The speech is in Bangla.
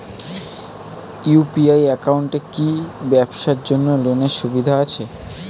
ইউ.পি.আই একাউন্টে কি ব্যবসার জন্য লোনের সুবিধা আছে?